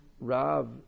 Rav